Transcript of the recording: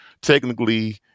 Technically